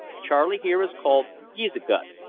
charley here is called geezigut,